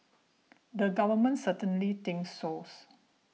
the government certainly thinks source